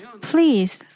please